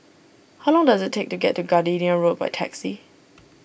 how long does it take to get to Gardenia Road by taxi